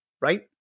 right